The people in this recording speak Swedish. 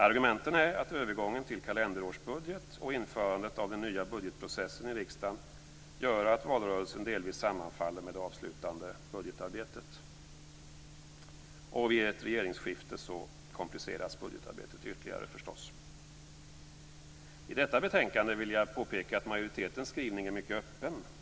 Argumenten är att övergången till kalenderårsbudget och införandet av den nya budgetprocessen i riksdagen gör att valrörelsen delvis sammanfaller med det avslutande budgetarbetet. Vid ett regeringsskifte kompliceras förstås budgetarbetet ytterligare. I detta betänkande vill jag påpeka att majoritetens skrivning är mycket öppen.